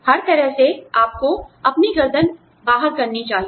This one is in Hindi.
हर तरह से आपको अपनी गर्दन बाहर करनी चाहिए